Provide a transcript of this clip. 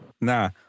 Nah